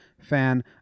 fan